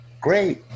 Great